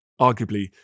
arguably